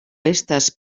estas